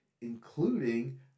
including